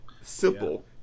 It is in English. Simple